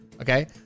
Okay